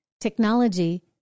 technology